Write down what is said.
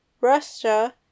Russia